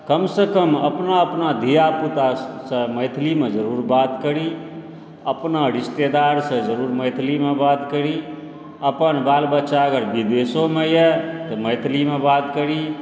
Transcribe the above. कमसँ कम अपना अपना धियापुतासँ मैथिलीमे जरुर बात करी अपना रिश्तेदारसँ जरुर मैथिलीमे बात करी अपन बाल बच्चा अगर विदेशोमे यऽ तऽ मैथिलीमे